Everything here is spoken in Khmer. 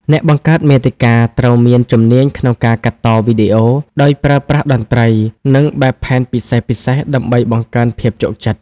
អ្នកបង្កើតមាតិកាត្រូវមានជំនាញក្នុងការកាត់តវីដេអូ ដោយប្រើប្រាស់តន្ត្រី និងបែបផែនពិសេសៗដើម្បីបង្កើនភាពជក់ចិត្ត។